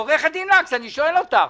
עו"ד לקס אני שואל אותך,